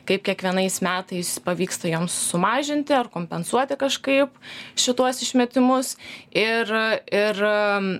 kaip kiekvienais metais pavyksta joms sumažinti ar kompensuoti kažkaip šituos išmetimus ir ir